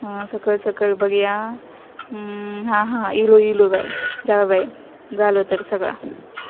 सकयल सकयल बगुया हां हां आयलो आयलो बाये जावं बाये जालो तर सगळें